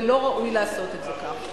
ולא ראוי לעשות את זה כך.